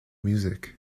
music